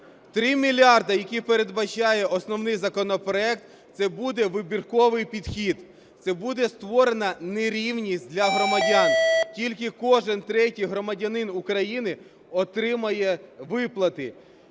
3 мільярди, які передбачає основний законопроект, – це буде вибірковий підхід, це буде створена нерівність для громадян. Тільки кожен третій громадянин України отримає виплати.